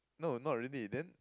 no not really then